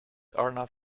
arnav